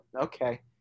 okay